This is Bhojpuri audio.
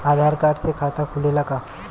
आधार कार्ड से खाता खुले ला का?